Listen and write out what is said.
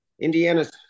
Indiana's